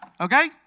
okay